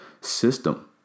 system